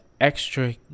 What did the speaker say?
extra